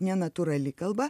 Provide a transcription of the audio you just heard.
nenatūrali kalba